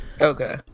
Okay